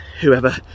whoever